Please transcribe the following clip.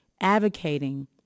advocating